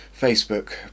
Facebook